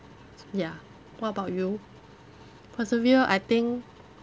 ya what about you persevere I think